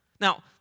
now